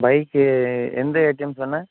bike எந்த ATM சொன்ன